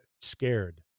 scared